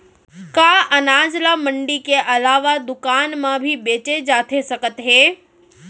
का अनाज ल मंडी के अलावा दुकान म भी बेचे जाथे सकत हे?